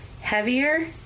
heavier